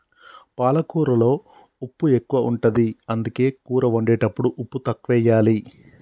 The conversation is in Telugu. పాలకూరలో ఉప్పు ఎక్కువ ఉంటది, అందుకే కూర వండేటప్పుడు ఉప్పు తక్కువెయ్యాలి